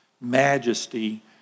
majesty